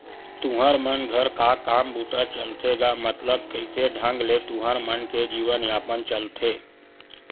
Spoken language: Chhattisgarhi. तुँहर मन घर का काम बूता चलथे गा मतलब कइसे ढंग ले तुँहर मन के जीवन यापन चलथे?